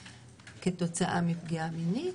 כתוצאה מפגיעה מינית,